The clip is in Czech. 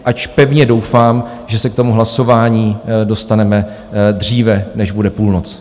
Ač pevně doufám, že se k tomu hlasování dostaneme dříve, než bude půlnoc.